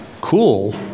cool